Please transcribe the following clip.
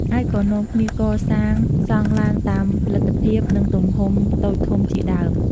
ហើយក៏នាំគ្នាកសាងសងឡើងតាមលទ្ធិភាព និងទំហំតូចធំជាដើម។